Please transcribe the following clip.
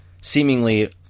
seemingly